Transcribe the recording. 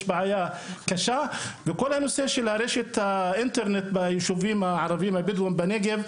יש בעיה קשה וכל הנושא של רשת האינטרנט ביישובים הערבים הבדואים בנגב,